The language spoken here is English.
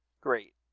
Great